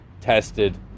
tested